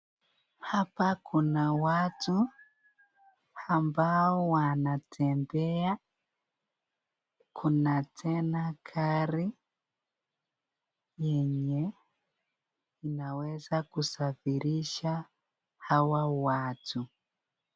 Hapa kuna watu ambao wanatembea. Kuna tena gari ambayo inaweza kusafirisha hawa watu.